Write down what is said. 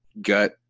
gut